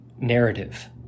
narrative